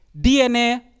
DNA